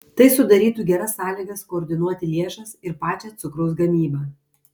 tai sudarytų geras sąlygas koordinuoti lėšas ir pačią cukraus gamybą